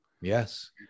Yes